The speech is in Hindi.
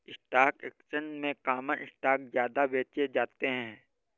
स्टॉक एक्सचेंज में कॉमन स्टॉक ज्यादा बेचे जाते है